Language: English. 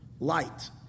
Light